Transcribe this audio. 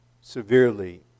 severely